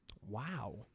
Wow